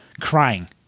crying